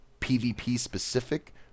PvP-specific